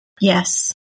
Yes